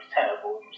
terrible